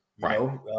Right